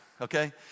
okay